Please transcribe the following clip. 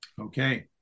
Okay